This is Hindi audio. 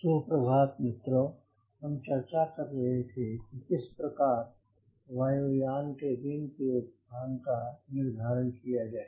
शुभप्रभात मित्रों हम चर्चा कर रहे थे कि किस प्रकार वायु यान के विंग के स्थान का निर्धारण किया जाए